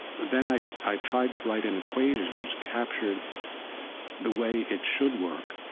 but then i so i tried to write an equation, which captured the way it should work,